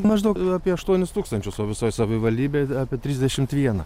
maždaug apie aštuonis tūkstančius o visoj savivaldybėj apie trisdešimt vieną